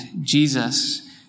Jesus